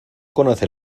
conoce